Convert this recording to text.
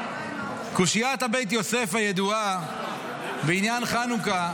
קושיית הבית-יוסף הידועה בעניין חנוכה,